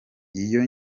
iyo